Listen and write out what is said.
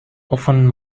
often